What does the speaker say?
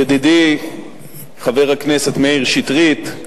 ידידי חבר הכנסת מאיר שטרית,